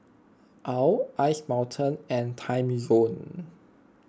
Owl Ice Mountain and Timezone